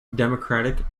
democratic